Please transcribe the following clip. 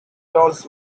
also